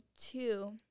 two